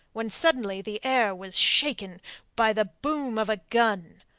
when suddenly the air was shaken by the boom of a gun.